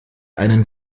einen